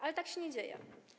Ale tak się nie dzieje.